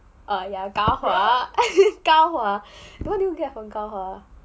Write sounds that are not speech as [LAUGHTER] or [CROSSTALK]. ah ya 高华 [LAUGHS] 高华 what do you get for 高华